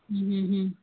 ಹ್ಞೂ ಹ್ಞೂ ಹ್ಞೂ